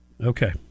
Okay